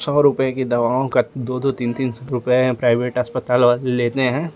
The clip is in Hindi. सौ रुपये की दवाओं का दो दो तीन तीन सौ रुपये प्राइभेट अस्पताल वाले लेते हैं